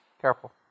Careful